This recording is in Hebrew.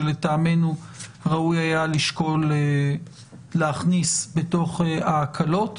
שלטעמנו ראוי היה לשקול להכניס לתוך ההקלות.